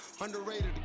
underrated